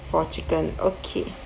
for chicken okay